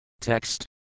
Text